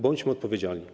Bądźmy odpowiedzialni.